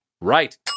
Right